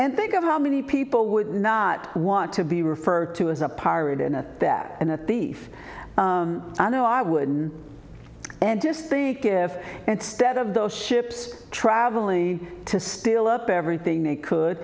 and think of how many people would not want to be referred to as a pirate in a that and a thief i know i would and just think if instead of those ships traveling the to steal up everything they could